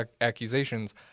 accusations